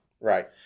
Right